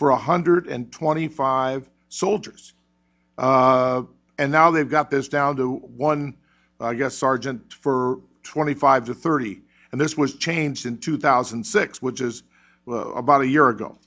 for a hundred and twenty five soldiers and now they've got this down to one sergeant for twenty five to thirty and this was changed in two thousand and six which is about a year ago